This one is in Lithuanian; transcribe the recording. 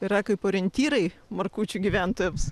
yra kaip orientyrai markučių gyventojams